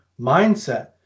mindset